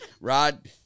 Rod